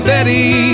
Betty